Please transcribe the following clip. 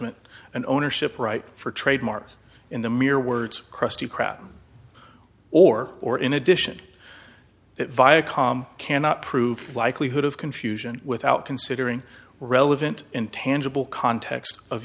judgment and ownership rights for trademarks in the mere words of krusty krab or or in addition that viacom cannot prove likelihood of confusion without considering relevant intangible context of